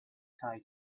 tie